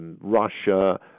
Russia